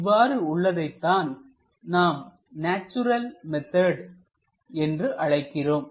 இவ்வாறு உள்ளதைத்தான் நாம் நேச்சுரல் மெத்தட் என்று அழைக்கிறோம்